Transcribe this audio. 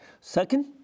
second